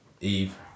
Eve